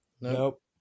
Nope